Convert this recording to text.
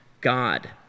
God